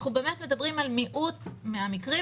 אנחנו באמת מדברים על מיעוט מהמקרים.